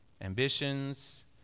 ambitions